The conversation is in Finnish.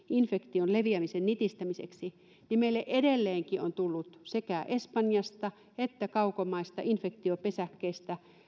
infektion leviämisen nitistämiseksi niin meille edelleenkin on tullut sekä espanjasta että kaukomaista infektiopesäkkeistä